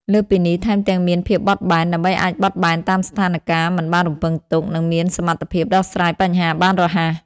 លើសពីនេះ ថែមទាំងមានភាពបត់បែន ដើម្បីអាចបត់បែនតាមស្ថានការណ៍មិនបានរំពឹងទុក និងមានសមត្ថភាពដោះស្រាយបញ្ហាបានរហ័ស។